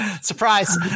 Surprise